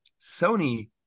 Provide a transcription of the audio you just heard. Sony